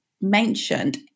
mentioned